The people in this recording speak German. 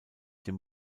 dem